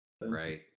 Right